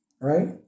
right